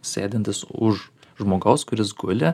sėdintis už žmogaus kuris guli